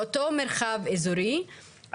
באותו מרחב איזורי,